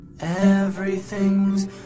Everything's